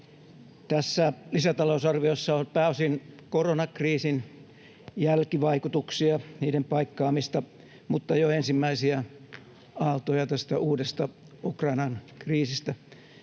Tässä lisätalousarviossa on pääosin koronakriisin jälkivaikutuksien paikkaamista mutta jo ensimmäisiä aaltoja tästä uudesta Ukrainan kriisistä